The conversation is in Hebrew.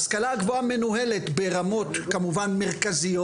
ההשכלה הגבוהה מנוהלת ברמות מרכזיות.